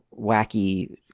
wacky